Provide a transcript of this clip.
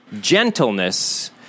Gentleness